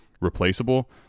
replaceable